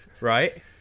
right